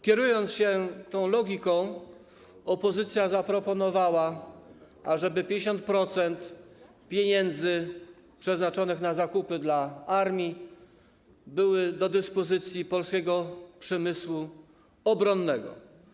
Kierując się tą logiką, opozycja zaproponowała, ażeby 50% pieniędzy przeznaczonych na zakupy dla armii było do dyspozycji polskiego przemysłu obronnego.